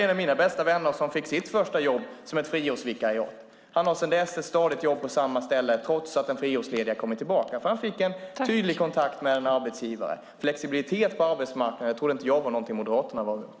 En av mina bästa vänner fick sitt första jobb som ett friårsvikariat. Han har sedan dess ett stadigt jobb på samma ställe trots att den friårslediga kommit tillbaka. Han fick en tydlig kontakt med en arbetsgivare. Jag trodde inte att flexibilitet på arbetsmarknaden var någonting som Moderaterna var emot.